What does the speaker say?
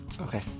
Okay